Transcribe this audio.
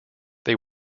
they